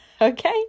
Okay